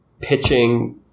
pitching